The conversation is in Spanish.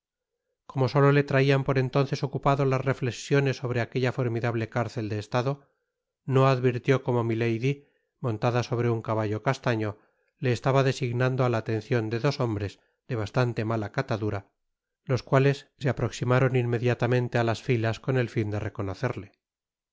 como solo le traian por entonces ocupado las reflexiones sobre aquella formidable cárcel de estado no advirtió como milady montada sobre un caballo castaño le estaba designando á la atencion de dos hombres de bastante mala catadura los cuales se aproximaron inmediatamente á las filas con el fin de reconocerle